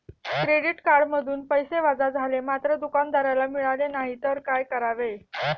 Credit कार्डमधून पैसे वजा झाले मात्र दुकानदाराला मिळाले नाहीत तर काय करावे?